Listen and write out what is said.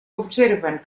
observen